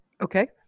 Okay